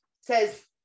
says